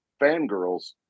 fangirls